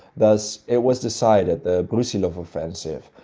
thus, it was decided the brusilov offensive,